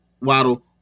Waddle